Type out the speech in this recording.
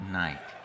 night